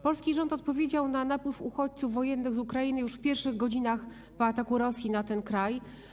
Polski rząd odpowiedział na napływ uchodźców wojennych z Ukrainy już w pierwszych godzinach po ataku Rosji na ten kraj.